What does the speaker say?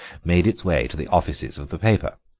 made its way to the offices of the paper.